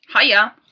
Hiya